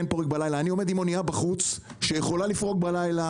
כן פורק בליה אני עומד עם אוניה בחוץ שיכולה לפרוק בלילה,